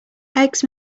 eggs